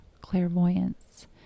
clairvoyance